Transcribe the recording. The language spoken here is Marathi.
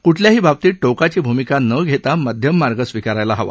कुठल्याही बाबतीत टोकाची भूमिका न घेता मध्यम मार्ग स्वीकारायला हवा